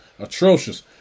Atrocious